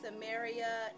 Samaria